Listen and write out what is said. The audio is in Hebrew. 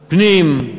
פנים,